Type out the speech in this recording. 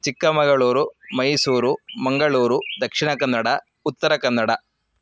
Chikkamagaluru Mysuru Mangaluru Dakshina Kannada Uttara Kannada